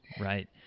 Right